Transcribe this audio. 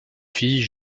filles